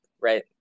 right